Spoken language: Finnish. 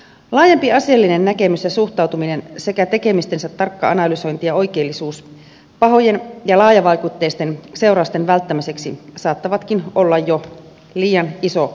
laajempi asiallinen näkemys ja suhtautuminen sekä tekemistensä tarkka analysointi ja oikeellisuus pahojen ja laajavaikutteisten seurausten välttämiseksi saattavatkin olla jo liian iso vaatimus